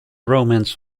romance